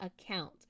account